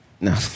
No